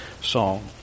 song